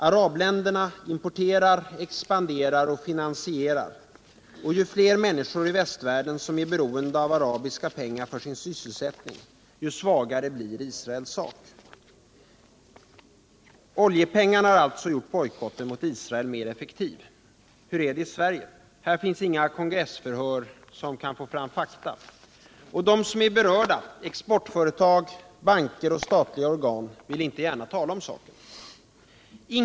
Arabländerna importerar, expanderar och finansierar. Och ju fler människor i västvärlden som är beroende av arabiska pengar för sin sysselsättning, ju svagare blir Israels sak. Oljepengarna har alltså gjort bojkotten mot Israel mer effektiv. Hur är det i Sverige? Här finns inga kongressförhör som kan få fram fakta. De som är berörda — exportföretag, banker och statliga organ — vill inte gärna tala om saken.